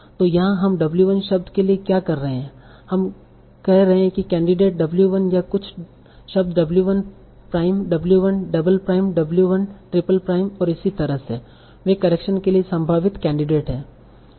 तो यहाँ हम W 1 शब्द के लिए क्या कर रहे हैं हम कह रहे हैं कैंडिडेट W 1 या कुछ शब्द W 1 prime W 1 double prime W 1 triple prime और इसी तरह से वे करेक्शन के लिए संभावित कैंडिडेट हैं